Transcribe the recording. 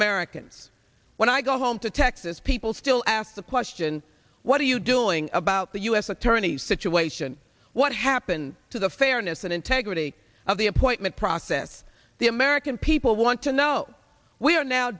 americans when i go home to texas people still ask the question what are you doing about the u s attorney situation what happened to the fairness and integrity of the appointment process the american people want to know we are now